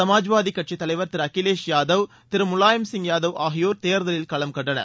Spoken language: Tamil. சுமாஜ்வாதி கட்சி தலைவர் திரு அகிலேஷ் யாதவ் திரு முவாயம் சிங் யாதவ் ஆகியோர் தேர்தலில் களம் கண்டனர்